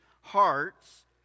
hearts